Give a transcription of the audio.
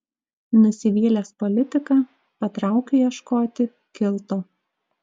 nusivylęs politika patraukiu ieškoti kilto